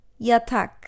Yatak